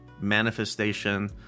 manifestation